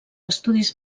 estudis